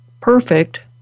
perfect